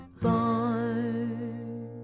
barn